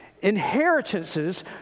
Inheritances